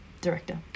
director